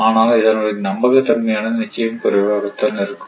ஆனால் இதனுடைய நம்பகத் தன்மையானது நிச்சயமாக குறைவாகத்தான் இருக்கும்